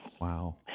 Wow